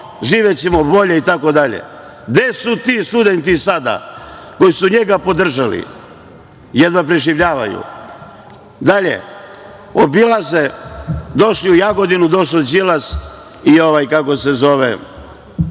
živećemo bolje, itd. Gde su ti studenti sada koji su njega podržali? Jedva preživljavaju. Dalje, obilaze, došli u Jagodinu, došao Đilas i ovaj, kako se zove,